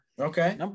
Okay